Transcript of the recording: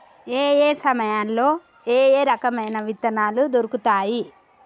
ఏయే సమయాల్లో ఏయే రకమైన విత్తనాలు దొరుకుతాయి?